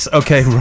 okay